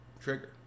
Trigger